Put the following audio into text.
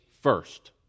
first